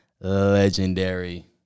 legendary